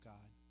God